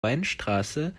weinstraße